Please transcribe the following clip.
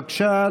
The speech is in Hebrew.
בבקשה,